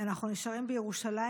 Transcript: אנחנו נשארים בירושלים,